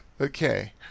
Okay